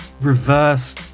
reverse